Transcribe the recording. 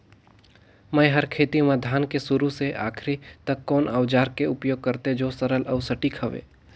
मै हर खेती म धान के शुरू से आखिरी तक कोन औजार के उपयोग करते जो सरल अउ सटीक हवे?